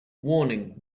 warning